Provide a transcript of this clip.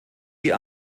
die